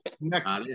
Next